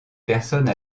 personnes